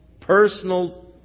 personal